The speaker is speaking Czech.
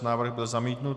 Návrh byl zamítnut.